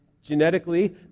Genetically